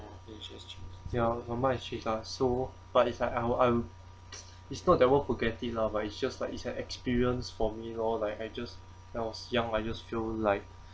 ya my mum has changed lah so but it's like I would I would it's not that I won't forget it lah but it's just like it's an experience for me lor like I just I was young I just feel like